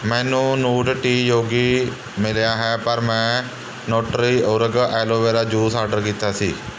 ਮੈਨੂੰ ਨੂਡਟੀ ਯੋਗੀ ਮਿਲਿਆ ਹੈ ਪਰ ਮੈਂ ਨੁਟਰੀਓਰਗ ਐਲੋਵੇਰਾ ਜੂਸ ਆਡਰ ਕੀਤਾ ਸੀ